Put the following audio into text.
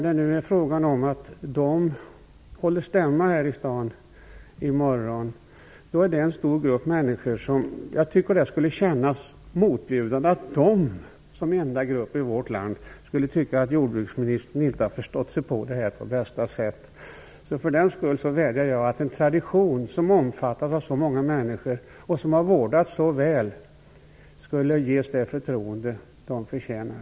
De håller stämma i Stockholm i morgon, och det skulle kännas motbjudande att de som enda grupp i vårt land skulle tycka att jordbruksministern inte har förstått sig på det här. För den skull vädjar jag, med tanke på den tradition som omfattas av så många människor och som har vårdats väl, att dessa skulle ges det förtroende som de förtjänar.